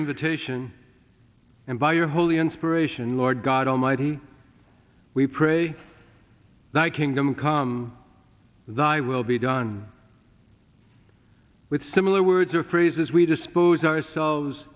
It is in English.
invitation and by your holy inspiration lord god almighty we pray that kingdom come thy will be done with similar words or phrases we disposed ourselves